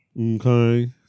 Okay